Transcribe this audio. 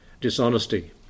Dishonesty